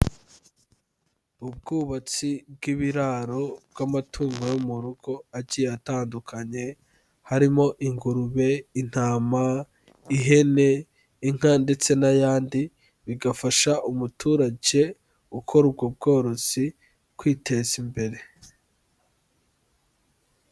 Ubwubatsi bw'ibiraro bw'amatungo yo mu rugo agiye atandukanye, harimo ingurube, intama, ihene, inka ndetse n'ayandi, bigafasha umuturage gukora ubwo bworozi, kwiteza imbere.